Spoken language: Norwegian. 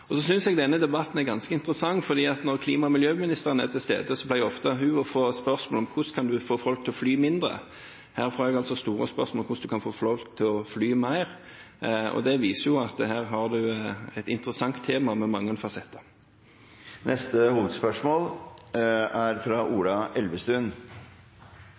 og redusere kostnader. Så synes jeg denne debatten er ganske interessant, for når klima- og miljøministeren er til stede, pleier hun ofte å få spørsmål om hvordan hun kan få folk til å fly mindre. Her får jeg altså det store spørsmålet om hvordan en kan få folk til å fly mer, og det viser at her har vi et interessant tema med mange fasetter. Vi går til neste hovedspørsmål.